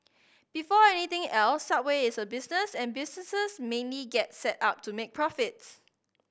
before anything else Subway is a business and businesses mainly get set up to make profits